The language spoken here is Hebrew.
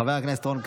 חבר הכנסת רון כץ,